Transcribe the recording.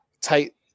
tight